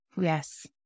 yes